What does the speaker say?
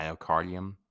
myocardium